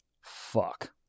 fuck